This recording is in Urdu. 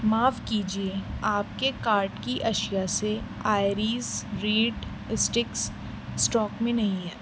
معاف کیجیے آپ کے کارٹ کی اشیاء سے آئیریس ریڈ اسٹکس اسٹاک میں نہیں ہے